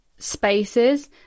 spaces